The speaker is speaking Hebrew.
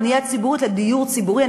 בנייה ציבורית של דיור ציבורי,